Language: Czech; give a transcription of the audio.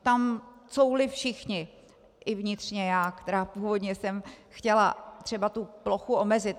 Tam couvli všichni, i vnitřně já, která původně jsem chtěla třeba tu plochu omezit.